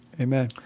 Amen